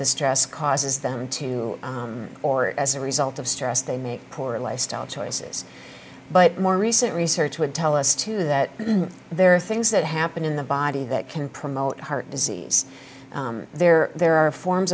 the stress causes them to or as a result of stress they make poor lifestyle choices but more recent research would tell us too that there are things that happen in the body that can promote heart disease there there are forms